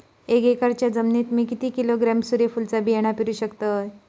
एक एकरच्या जमिनीत मी किती किलोग्रॅम सूर्यफुलचा बियाणा पेरु शकतय?